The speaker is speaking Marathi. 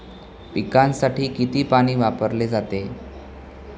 पिकांसाठी किती पाणी वापरले जाते?